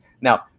Now